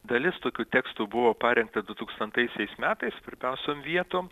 dalis tokių tekstų buvo parengta du tūkstantaisiais metais svarbiausiom vietom